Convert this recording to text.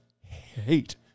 hate